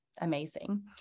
amazing